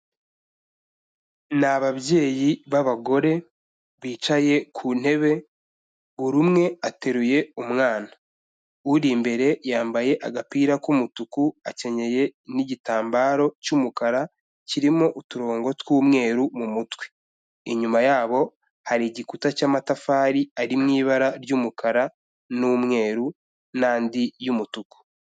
Ni ababyeyi b'abagore bicaye ku ntebe, buri umwe ateruye umwana. Uri imbere yambaye agapira k'umutuku akenyeye n'igitambaro cy'umukara kirimo uturongo tw'umweru mu mutwe. Inyuma yabo hari igikuta cy'amatafari ari mu ibara ry'umukara n'umweru n'andi y'umutuku.